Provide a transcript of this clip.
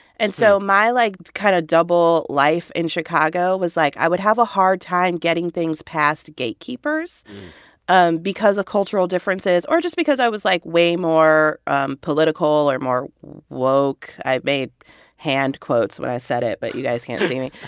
and so my, like, kind of double life in chicago was, like, i would have a hard time getting things past gatekeepers um because of cultural differences or just because i was, like, way more um political or more woke. i made hand quotes when i said it, but you guys can't see me.